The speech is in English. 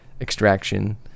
extraction